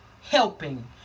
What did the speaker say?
Helping